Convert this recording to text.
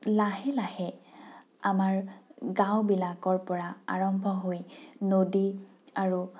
লাহে লাহে আমাৰ গাঁওবিলাকৰ পৰা আৰম্ভ হৈ নদী আৰু